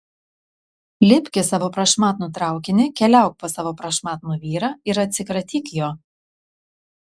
lipk į savo prašmatnų traukinį keliauk pas savo prašmatnų vyrą ir atsikratyk jo